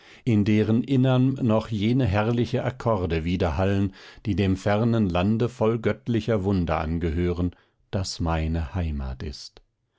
in deren innerm noch jene herrlichen akkorde widerhallen die dem fernen lande voll göttlicher wunder angehören das meine heimat ist